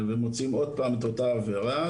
ומוצאים עוד' פעם את אותה עבירה,